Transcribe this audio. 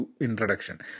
Introduction